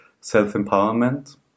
self-empowerment